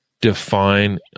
define